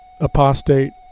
apostate